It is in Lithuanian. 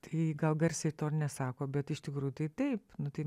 tai gal garsiai to ir nesako bet iš tikrųjų tai taip nu tai